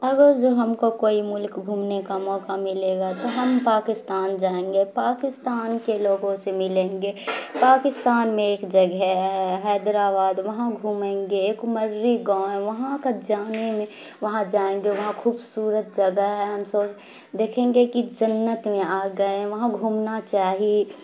اگر جو ہم کو کوئی ملک گھومنے کا موقع ملے گا تو ہم پاکستان جائیں گے پاکستان کے لوگوں سے ملیں گے پاکستان میں ایک جگہ ہے حیدرآباد وہاں گھومیں گے ایک مری گاؤں ہے وہاں کا جانے میں وہاں جائیں گے وہاں خوبصورت جگہ ہے ہم سو دیکھیں گے کہ جنت میں آ گئے ہیں وہاں گھومنا چاہیے